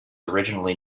originally